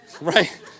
right